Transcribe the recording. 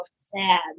sad